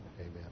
Amen